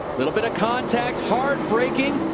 a little bit of contact. hard braking.